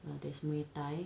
and there's muay thai